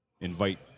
invite